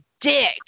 dick